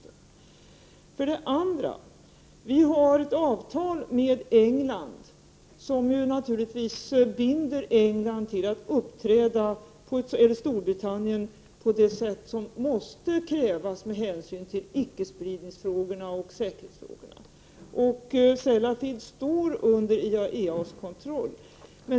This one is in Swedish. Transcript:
Vi har för det andra ett avtal med England som naturligtvis förbinder England att uppträda på det sätt som krävs med hänsyn till icke-spridningsfrågorna och säkerhetsfrågorna. Sellafield står under IAEA:s kontroll.